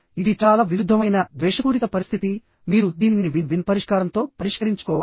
ఇది చాలా విరుద్ధమైన ద్వేషపూరిత పరిస్థితి మీరు దీనిని విన్ విన్ పరిష్కారంతో పరిష్కరించుకోవాలి